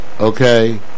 Okay